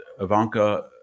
ivanka